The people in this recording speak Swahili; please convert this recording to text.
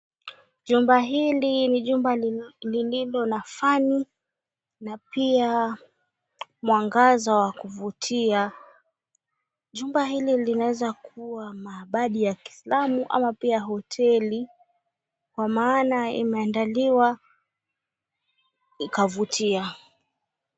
Jumba hili ni jumba lililo na fan na pia mwangaza wa kuvutia. Jumba hili linaweza kuwa maabadi ya kiislamu ama hoteli kwa maana imeandaliwa ikavutia.